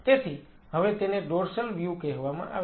તેથી હવે તેને ડોર્સલ વ્યૂ કહેવામાં આવે છે